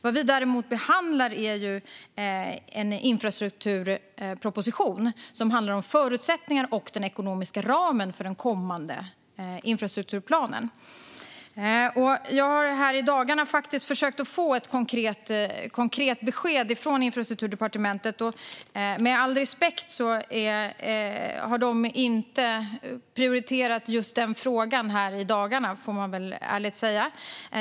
Vad vi däremot behandlar är en infrastrukturproposition som handlar om förutsättningarna och den ekonomiska ramen för den kommande infrastrukturplanen. Jag har i dagarna försökt få ett konkret besked från Infrastrukturdepartementet. Med all respekt sagt har de inte prioriterat just den frågan nu i dagarna.